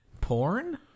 porn